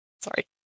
Sorry